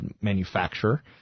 manufacturer